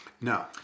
no